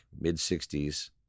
mid-60s